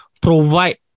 provide